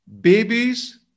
babies